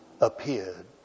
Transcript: appeared